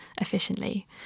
efficiently